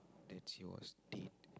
that is your steed